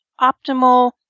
optimal